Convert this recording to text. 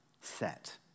set